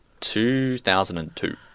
2002